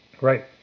Right